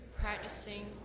practicing